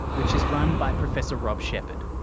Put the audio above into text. which is run by professor rob shepherd.